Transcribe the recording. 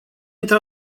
într